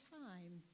time